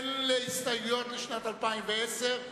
אין הסתייגויות לשנת 2010,